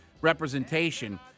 representation